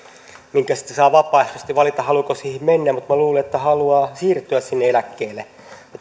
sitten saa vapaaehtoisesti valita haluaako siihen mennä mutta minä luulen että halutaan siirtyä sinne eläkkeelle minä